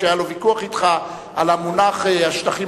שהיה לו ויכוח אתך על המונח "השטחים